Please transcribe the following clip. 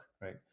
right